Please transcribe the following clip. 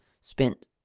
spent